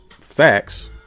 facts